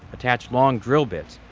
attach long drill bits,